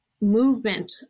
movement